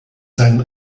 seinen